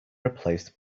replaced